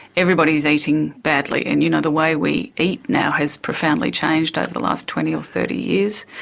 everybody is eating badly, and you know the way we eat now has profoundly changed over the last twenty or thirty years.